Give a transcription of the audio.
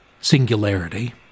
Singularity